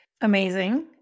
Amazing